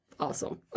Awesome